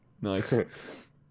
Nice